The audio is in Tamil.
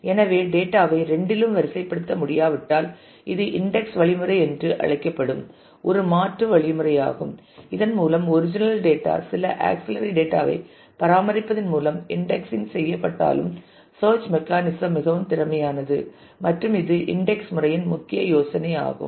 எனவே டேட்டா ஐ இரண்டிலும் வரிசைப்படுத்த முடியாவிட்டால் இது இன்டெக்ஸ் வழிமுறை என்று அழைக்கப்படும் ஒரு மாற்று வழிமுறையாகும் இதன் மூலம் ஒரிஜினல் டேட்டா சில ஆக்சில்லரி டேட்டா ஐப் பராமரிப்பதன் மூலம் இன்டெக்ஸிங் செய்ய பட்டாலும் சேர்ச் மெக்கானிசம் மிகவும் திறமையானது மற்றும் இது இன்டெக்ஸ் முறையின் முக்கிய யோசனை ஆகும்